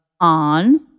on